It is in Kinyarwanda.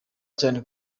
cyane